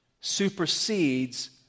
supersedes